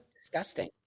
Disgusting